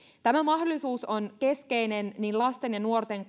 tämä mahdollisuus on keskeinen niin lasten ja nuorten